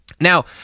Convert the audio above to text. Now